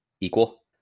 equal